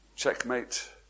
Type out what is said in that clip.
Checkmate